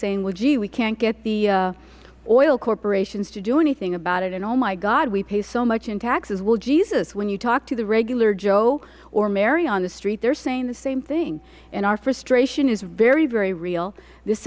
saying well gee we can't get the oil corporations to do anything about it and oh my god we pay so much in taxes well jesus when you talk to the regular joe or mary on the street they are saying the same thing and our frustration is very very real this